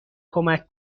کمک